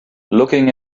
looking